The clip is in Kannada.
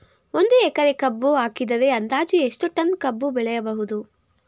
ಒಂದು ಎಕರೆ ಕಬ್ಬು ಹಾಕಿದರೆ ಅಂದಾಜು ಎಷ್ಟು ಟನ್ ಕಬ್ಬು ಬೆಳೆಯಬಹುದು?